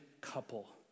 couple